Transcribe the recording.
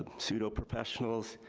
pseudo-professionals,